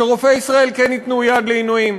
רופאי ישראל כן ייתנו יד לעינויים.